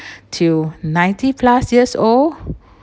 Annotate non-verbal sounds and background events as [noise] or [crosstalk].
[breath] till ninety plus years old